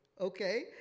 okay